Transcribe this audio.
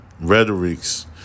rhetorics